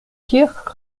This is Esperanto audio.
kirk